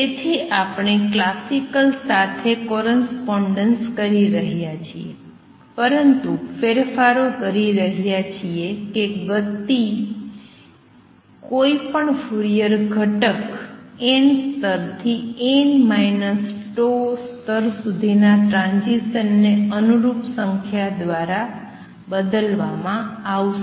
તેથી આપણે ક્લાસિકલ સાથે કોરસ્પોંડેન્સ કરી રહ્યા છીએ પરંતુ ફેરફારો કરી રહ્યા છીએ કે હવે ગતિના કોઈપણ ફ્યુરિયર ઘટક n સ્તર થી n τ સ્તર સુધીના ટ્રાંઝીસનને અનુરૂપ સંખ્યા દ્વારા બદલવામાં આવશે